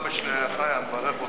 ההצעה להעביר את